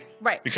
Right